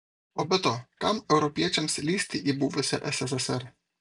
o be to kam europiečiams lįsti į buvusią sssr